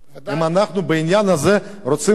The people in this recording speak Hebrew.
האם אנחנו בעניין הזה רוצים להיות צדיקים?